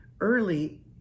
Early